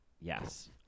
Yes